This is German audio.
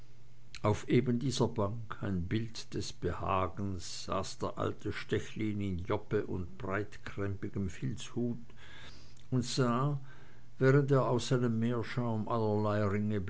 auf eben dieser bank ein bild des behagens saß der alte stechlin in joppe und breitkrempigem filzhut und sah während er aus seinem meerschaum allerlei